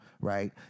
right